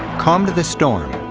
calmed the storm,